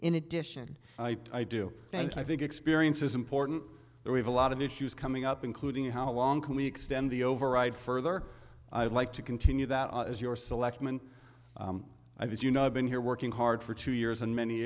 in addition i do and i think experience is important that we have a lot of issues coming up including how long can we extend the override further i'd like to continue that as your selectman i was you know i've been here working hard for two years and many